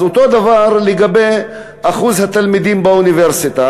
אותו דבר לגבי אחוז התלמידים באוניברסיטה.